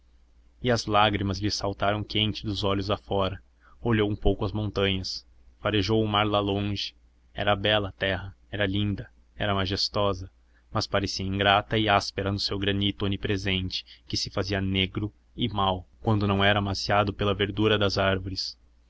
e as lágrimas lhe saltaram quentes dos olhos afora olhou um pouco as montanhas farejou o mar lá longe era bela a terra era linda era majestosa mas parecia ingrata e áspera no seu granito onipresente que se fazia negro e mau quando não era amaciado pela verdura das árvores